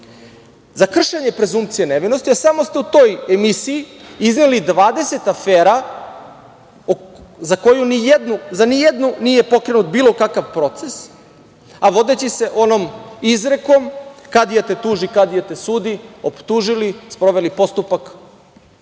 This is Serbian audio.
za kršenje prezunkcije nevinosti, a samo ste u toj emisiji izneli 20 afera, a ni za jednu nije pokrenut bilo kakav proces, a vodeći se onom izrekom – kadija te tuži, kadija te sudi, optužili, sproveli postupak